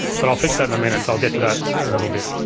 but i'll fix that in a minute, so i'll get to that in a little bit.